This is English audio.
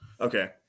Okay